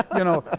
you know,